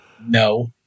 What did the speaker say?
No